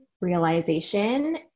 realization